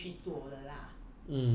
能力去做的 lah